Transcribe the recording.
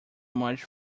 much